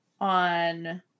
on